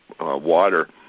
water